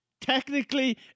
technically